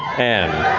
and